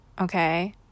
Okay